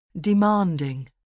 Demanding